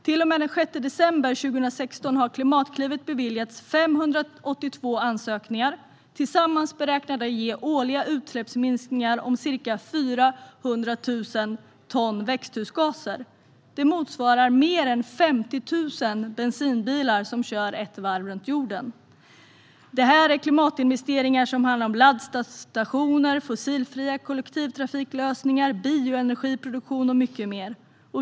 Till och med den 6 december 2016 har Klimatklivet beviljat 582 ansökningar som tillsammans beräknas ge årliga utsläppsminskningar om ca 400 000 ton växthusgaser. Det motsvarar mer än 50 000 bensinbilar som kör ett varv runt jorden. Det här är klimatinvesteringar som handlar om laddstationer, fossilfria kollektivtrafiklösningar, bioenergiproduktion och mycket mer.